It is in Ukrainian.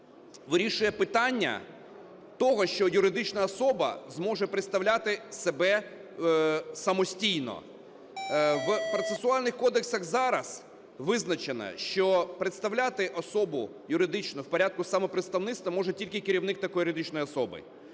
вирішує питання того, що юридична особа зможе представляти себе самостійно. В процесуальних кодексах зараз визначено, що представляти особу юридично в порядку самопредставництва може тільки керівник такої юридичної особи